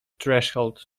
threshold